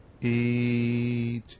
Eat